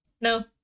No